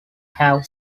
have